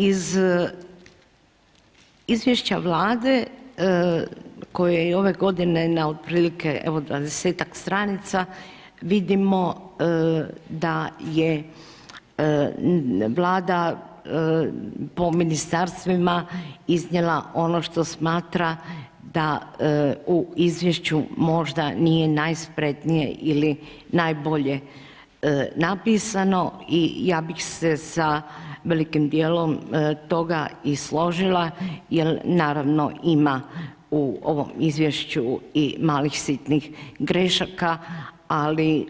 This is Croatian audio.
Iz izvješća vlade, koju je i ove godine, na otprilike, evo, 20-tak stranica, vidimo da je vlada po ministarstvima iznijela ono što smatra da u izvješću možda nije najspretnije ili najbolje napisano i ja bih se sa velikim dijelom toga i složila, jer naravno ima u ovom izvješću malih sitnih grešaka, ali